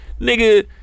Nigga